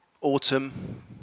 autumn